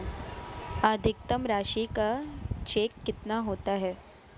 अधिकतम राशि का चेक कितना होता है?